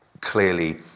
clearly